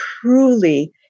truly